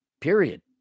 period